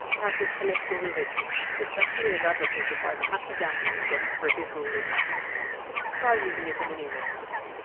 passive political resistance, especially as advocated by mahatma ghandi against british rule in india try using it in in email today.